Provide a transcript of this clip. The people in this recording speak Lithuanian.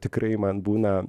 tikrai man būna